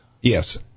Yes